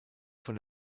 von